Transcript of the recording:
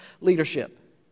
leadership